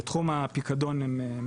חברות ביצוע